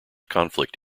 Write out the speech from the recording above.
conflict